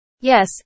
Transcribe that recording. Yes